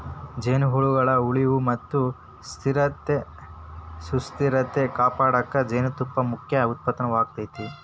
ಜೇನುಹುಳಗಳ ಉಳಿವು ಮತ್ತ ಸುಸ್ಥಿರತೆ ಕಾಪಾಡಕ ಜೇನುತುಪ್ಪ ಮುಖ್ಯ ಉತ್ಪನ್ನವಾಗೇತಿ